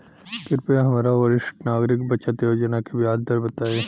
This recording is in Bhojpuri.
कृपया हमरा वरिष्ठ नागरिक बचत योजना के ब्याज दर बताई